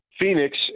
Phoenix